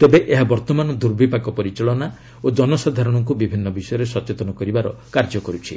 ତେବେ ଏହା ବର୍ତ୍ତମାନ ଦୂର୍ବିପାକ ପରିଚାଳନା ଓ ଜନସାଧାରଣଙ୍କୁ ବିଭିନ୍ନ ବିଷୟରେ ସଚେତନ କରିବାର କାର୍ଯ୍ୟ କରୁଛି